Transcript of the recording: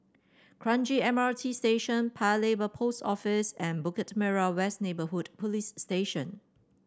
Kranji M R T Station Paya Lebar Post Office and Bukit Merah West Neighbourhood Police Station